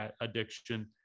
addiction